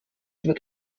wird